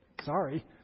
Sorry